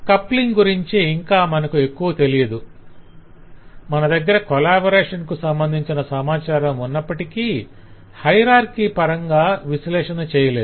coupling గురించి ఇంకా మనకు ఎక్కువ తెలియదు మన దగ్గర కొలాబరేషన్ కు సంబంధించిన సమాచారం ఉన్నప్పటికీ హయరార్కి పరంగా విశ్లేషణ చేయలేదు